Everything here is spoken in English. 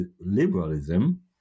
liberalism